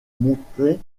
montrer